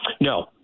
No